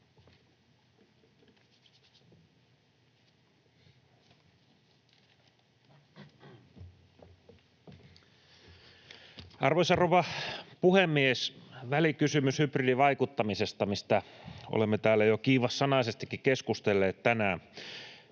Arvoisa rouva puhemies! Välikysymys hybridivaikuttamisesta, mistä olemme täällä jo kiivassanaisestikin keskustelleet tänään,